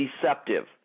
deceptive